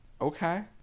Okay